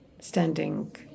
standing